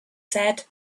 said